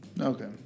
Okay